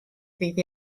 ddydd